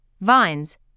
vines